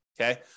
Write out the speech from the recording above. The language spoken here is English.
okay